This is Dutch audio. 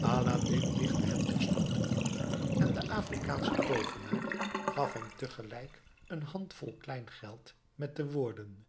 aladdin lichtte hem terstond in en de afrikaansche toovenaar gaf hem tegelijk een handvol klein geld met de woorden